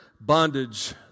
bondage